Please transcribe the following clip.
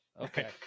Okay